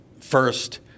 first